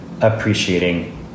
appreciating